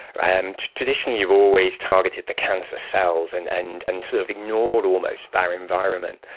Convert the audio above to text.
and traditionally you've always targeted the cancer cells and and and sort of ignored almost their environment.